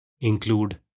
include